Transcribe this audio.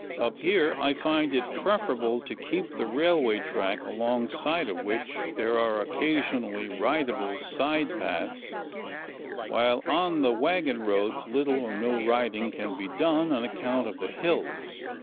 up here i find it preferable to keep the railway track, alongside of which there are occasionally ridable side-paths while on the wagon roads little or no riding can be done on account of the hills,